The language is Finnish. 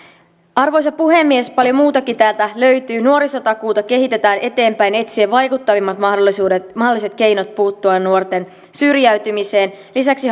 arvoisa puhemies paljon muutakin täältä löytyy nuorisotakuuta kehitetään eteenpäin etsien vaikuttavimmat mahdolliset keinot puuttua nuorten syrjäytymiseen lisäksi